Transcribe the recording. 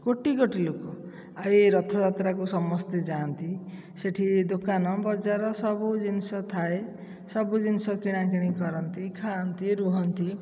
କୋଟି କୋଟି ଲୋକ ଆଉ ଏ ରଥଯାତ୍ରାକୁ ସମସ୍ତେ ଯାଆନ୍ତି ସେଇଠି ଦୋକାନ ବଜାର ସବୁ ଜିନିଷ ଥାଏ ସବୁ ଜିନିଷ କିଣାକିଣି କରନ୍ତି ଖାଆନ୍ତି ରୁହନ୍ତି